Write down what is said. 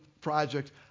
project